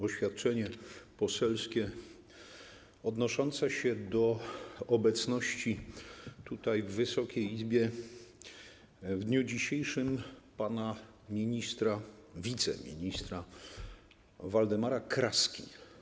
Oświadczenie poselskie odnoszące się do obecności tutaj, w Wysokiej Izbie w dniu dzisiejszym pana wiceministra Waldemara Kraski.